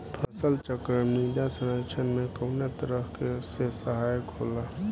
फसल चक्रण मृदा संरक्षण में कउना तरह से सहायक होला?